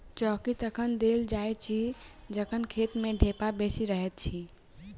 चौकी तखन देल जाइत अछि जखन खेत मे ढेपा बेसी रहैत छै